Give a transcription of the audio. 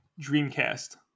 Dreamcast